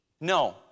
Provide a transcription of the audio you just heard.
No